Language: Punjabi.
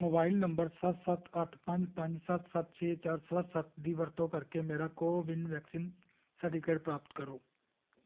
ਮੋਬਾਈਲ ਨੰਬਰ ਸੱਤ ਸੱਤ ਅੱਠ ਪੰਜ ਪੰਜ ਸੱਤ ਸੱਤ ਛੇ ਚਾਰ ਸੱਤ ਸੱਤ ਦੀ ਵਰਤੋਂ ਕਰਕੇ ਮੇਰਾ ਕੋਵਿਨ ਵੈਕਸੀਨ ਸਰਟੀਫਿਕੇਟ ਪ੍ਰਾਪਤ ਕਰੋ